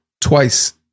Twice